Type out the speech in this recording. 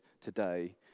today